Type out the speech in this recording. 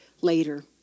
later